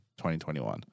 2021